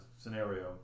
scenario